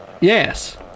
Yes